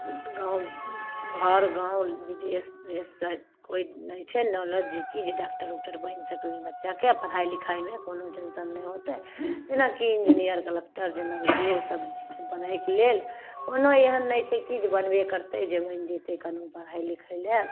गाँव घर गाँव विदेश उदेशसँ कोइ नहि छै नहि जे कि जे डाकटर उकटर बनि सकै बच्चाके पढ़ाइ लिखाइमे कोनो टेन्शन नहि होतै जेनाकि इन्जीनिअर कलक्टर जेना बी डी ओ सब बनैके लेल कोनो एहन नहि छै कि जे बनबे करतै जे बनि जेतै कनहूँ पढ़ै लिखैलए